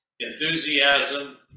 Enthusiasm